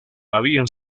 habían